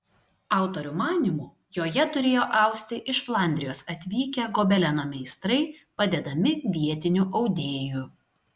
autorių manymu joje turėjo austi iš flandrijos atvykę gobeleno meistrai padedami vietinių audėjų